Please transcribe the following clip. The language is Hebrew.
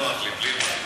תודה רבה,